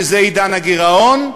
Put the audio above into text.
שזה עידן הגירעון,